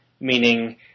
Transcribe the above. Meaning